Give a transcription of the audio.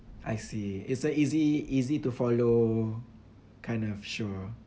I see it's the easy easy to follow kind of show